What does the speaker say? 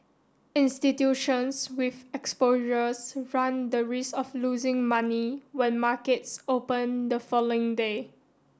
institutions with exposures run the risk of losing money when markets open the following day